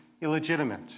illegitimate